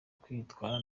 kwitwara